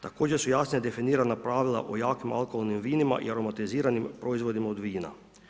Također su jasno definirana pravila o jakim alkoholnim vinima i aromatiziranim proizvodima od vina.